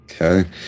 Okay